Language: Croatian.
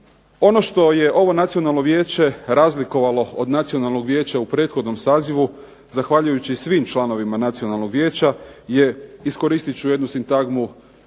Ono što je ovo nacionalno vijeće razlikovalo od nacionalnog vijeća u prethodnom sazivu, zahvaljujući svim članovima nacionalnog vijeća je, iskoristit ću jednu sintagmu